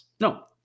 No